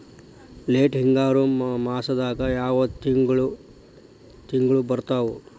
Late ಹಿಂಗಾರು ಮಾಸದಾಗ ಯಾವ್ ತಿಂಗ್ಳು ಬರ್ತಾವು?